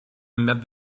met